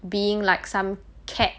being like some cat